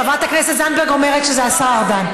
חברת הכנסת זנדברג אומרת שזה השר ארדן.